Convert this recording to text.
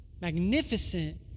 magnificent